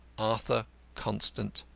arthur constant.